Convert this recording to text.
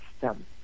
system